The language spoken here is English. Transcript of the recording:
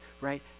right